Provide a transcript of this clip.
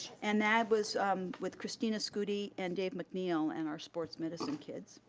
and that was with christina scuti and dave mcneil and our sports medicine kids.